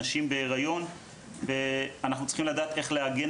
נשים בהיריון וילדים שאנחנו צריכים לדעת איך להגן